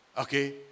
Okay